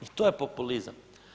I to je populizam.